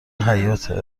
حیاطه